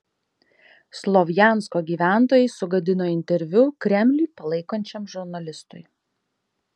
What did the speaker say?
slovjansko gyventojai sugadino interviu kremlių palaikančiam žurnalistui